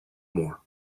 more